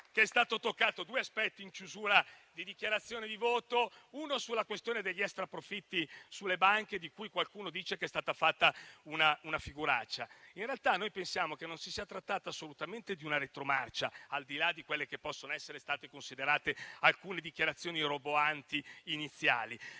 che sono stati toccati in chiusura di dichiarazione di voto: uno è la questione degli extraprofitti sulle banche, su cui qualcuno dice che è stata fatta una figuraccia. In realtà, noi pensiamo che non si sia trattato assolutamente di una retromarcia, al di là di quelle che possono essere state considerate alcune dichiarazioni roboanti iniziali.